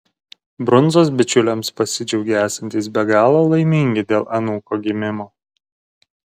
brundzos bičiuliams pasidžiaugė esantys be galo laimingi dėl anūko gimimo